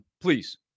please